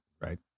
right